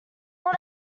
not